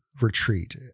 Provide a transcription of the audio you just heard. retreat